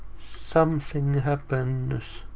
something happens,